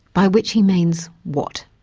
by which he means, what?